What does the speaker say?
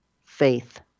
faith